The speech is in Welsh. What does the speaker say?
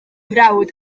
frawd